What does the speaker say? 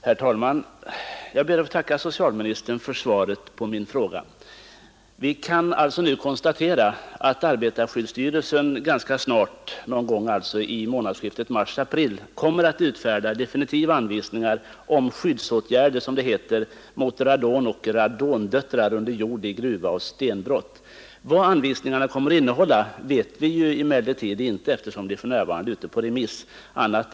Herr talman! Jag ber att få tacka socialministern för svaret på min fråga. Vi kan alltså konstatera att arbetarskyddsstyrelsen ganska snart — vid månadsskiftet mars-april — kommer att utfärda definitiva anvisningar om skyddsåtgärder mot, som det heter, ”radon och radondöttrar under jord i gruva och stenbrott”. Vad anvisningarna i detalj kommer att innehålla vet vi emellertid inte, eftersom de för närvarande är ute på remiss.